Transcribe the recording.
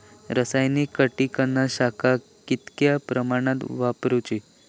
रासायनिक कीटकनाशका कितक्या प्रमाणात वापरूची?